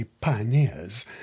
pioneers